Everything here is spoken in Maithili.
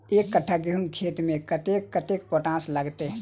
एक कट्ठा गेंहूँ खेती मे कतेक कतेक पोटाश लागतै?